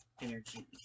energy